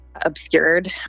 Obscured